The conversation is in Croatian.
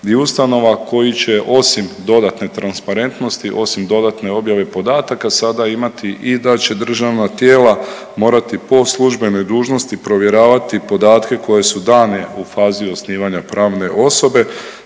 ustanova koji će osim dodatne transparentnosti i osim dodatne objave podataka sada imati i da će državna tijela morati po službenoj dužnosti provjeravati podatke koje su dane u fazi osnivanja pravne osobe